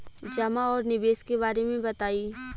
जमा और निवेश के बारे मे बतायी?